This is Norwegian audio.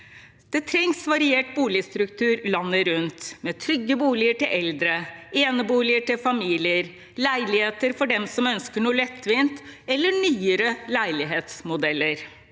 Det trengs variert boligstruktur landet rundt, med trygge boliger til eldre, eneboliger til familier, leiligheter for dem som ønsker noe lettvint, og nyere leilighetsmodeller.